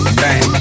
bang